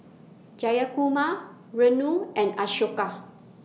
Jayakumar Renu and Ashoka